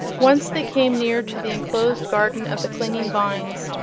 once they came near to the enclosed garden of the clinging vines,